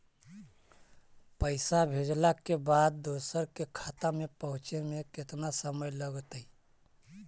पैसा भेजला के बाद दुसर के खाता में पहुँचे में केतना समय लगतइ?